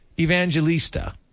Evangelista